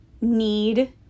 need